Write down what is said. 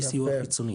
בלי סיוע חיצוני.